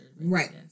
Right